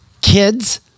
kids